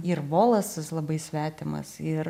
ir volasas labai svetimas ir